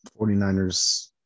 49ers